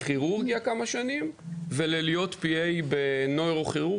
בכירורגיה כמה שנים וללהיות PA בנוירוכירורגיה.